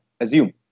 assume